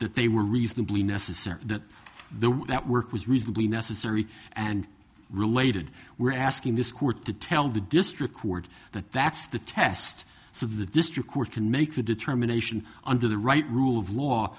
that they were reasonably necessary that the way that work was reasonably necessary and related were asking this court to tell the district court that that's the test so the district court can make a determination under the right rule of law